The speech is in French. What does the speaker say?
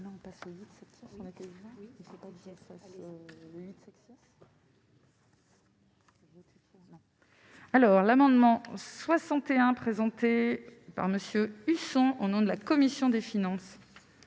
8 . L'amendement n° I-61, présenté par M. Husson, au nom de la commission des finances,